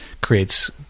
creates